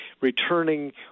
returning